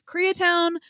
Koreatown